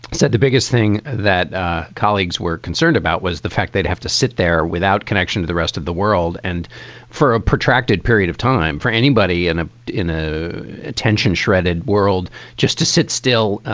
said the biggest thing that ah colleagues were concerned about was the fact they'd have to sit there without connection to the rest of the world and for a protracted period of time for anybody and ah a attention shredded world just to sit still.